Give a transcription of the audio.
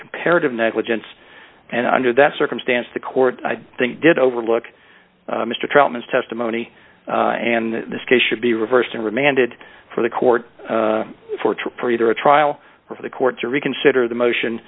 comparative negligence and under that circumstance the court i think did overlook mr trenton's testimony and this case should be reversed and remanded for the court for either a trial for the court to reconsider the motion